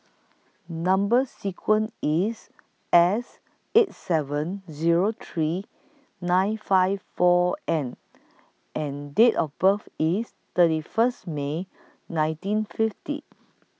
Number sequence IS S eight seven Zero three nine five four N and Date of birth IS thirty First May nineteen fifty